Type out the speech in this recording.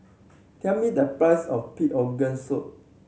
tell me the price of pig organ soup